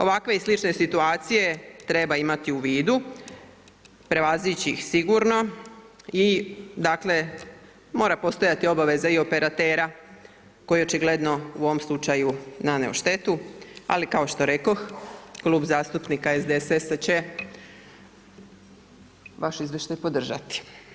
Ovakve i slične situacije treba imat u vidu, prijeći ih sigurno i mora postojati obaveza i operatera koji očigledno u ovom slučaju nanijelo štetu, ali kao što rekoh Klub zastupnika SDSS-a će vaš izvještaj podržati.